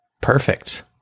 Perfect